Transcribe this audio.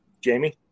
Jamie